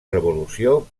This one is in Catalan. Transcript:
revolució